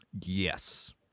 Yes